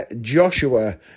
Joshua